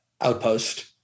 outpost